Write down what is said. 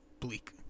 bleak